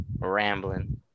Rambling